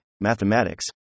mathematics